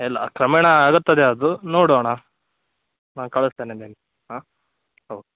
ಇಲ್ಲ ಕ್ರಮೇಣ ಆಗತ್ತದೆ ಅದು ನೋಡೋಣ ನಾ ಕಳಿಸ್ತೇನೆ ಹಾಂ ಓ